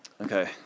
Okay